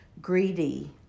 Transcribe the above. greedy